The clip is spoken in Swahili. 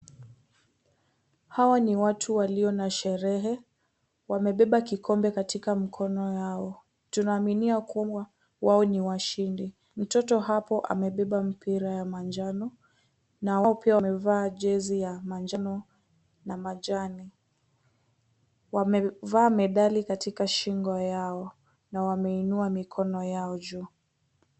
Hawa ni watu walio na sherehe, wamebeba kikombe katika mikono yao, tunaaminia kwamba wao ni washindi, mtoto hapo amebeba mpira ya manjano na wao pia wamevaa jezi ya manjano na majani, wamevaa medali katika shingo yao na wameinua mikono yao juu.